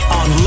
on